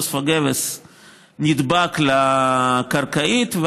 פוספוגבס נדבק לקרקעית,